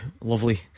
lovely